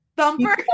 thumper